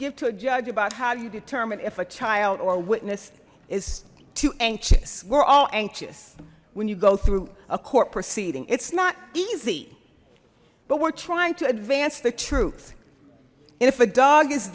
give to a judge about how do you determine if a child or a witness is too anxious we're all anxious when you go through a court proceeding it's not easy but we're trying to advance the truth and if a dog is